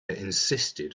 insisted